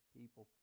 people